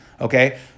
Okay